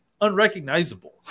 unrecognizable